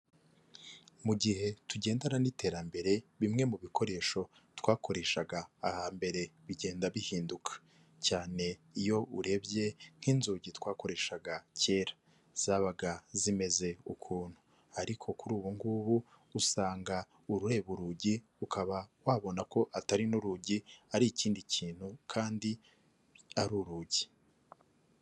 Mu gihe tugendana n'iterambere bimwe mu bikoresho twakoreshaga ahambere bigenda bihinduka, cyane iyo urebye nk'inzugi twakoreshaga kera, zabaga zimeze ukuntu, ariko kuri ubu ngubu usanga ureba urugi ukaba wabona ko atari n'urugi ari ikindi kintu kandi ari urugi.